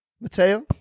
mateo